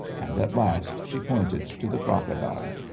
and at last she pointed to the crocodile.